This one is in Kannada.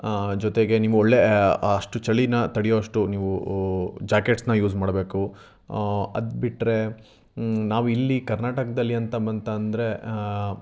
ಜೊತೆಗೆ ನೀವು ಒಳ್ಳೆಯ ಅಷ್ಟು ಚಳೀನ ತಡೆಯೋಷ್ಟು ನೀವು ಜಾಕೆಟ್ಸ್ನ ಯೂಸ್ ಮಾಡಬೇಕು ಅದು ಬಿಟ್ಟರೆ ನಾವು ಇಲ್ಲಿ ಕರ್ನಾಟಕದಲ್ಲಿ ಅಂತ ಬಂತು ಅಂದರೆ